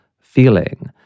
feeling